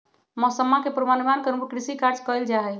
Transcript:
मौसम्मा के पूर्वानुमान के अनुरूप कृषि कार्य कइल जाहई